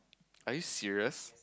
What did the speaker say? are you serious